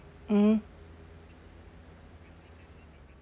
mmhmm